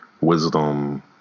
wisdom